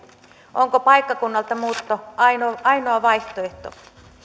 onko paikkakunnalta muutto ainoa ainoa vaihtoehto